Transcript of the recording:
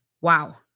Wow